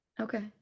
okay